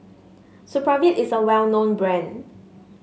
Supravit is a well known brand